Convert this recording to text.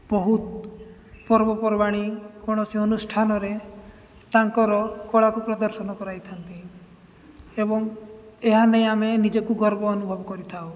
ବହୁତ ପର୍ବପର୍ବାଣି କୌଣସି ଅନୁଷ୍ଠାନରେ ତାଙ୍କର କଳାକୁ ପ୍ରଦର୍ଶନ କରାଇଥାନ୍ତି ଏବଂ ଏହା ନେଇ ଆମେ ନିଜକୁ ଗର୍ବ ଅନୁଭବ କରିଥାଉ